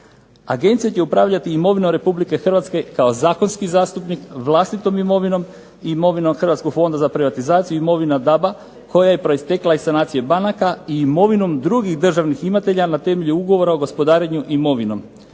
Agencija će upravljati imovinom Republike Hrvatske kao zakonski zastupnik, vlastitom imovinom i imovinom Hrvatskog fonda za privatizaciju, imovina daba koja je proistekla iz sanacije banaka i imovinom drugih državnih imatelja na temelju ugovora o gospodarenju imovinom,